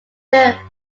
their